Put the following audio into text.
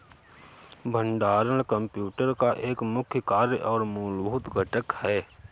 भंडारण कंप्यूटर का एक मुख्य कार्य और मूलभूत घटक है